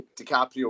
DiCaprio